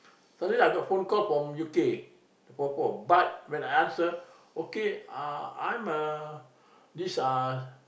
suddenly I got phone call from U_K four four but when I answer okay uh I'm a this uh